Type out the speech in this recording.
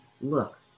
look